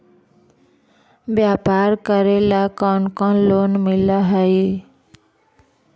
व्यापार करेला कौन कौन लोन मिल हइ?